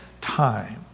time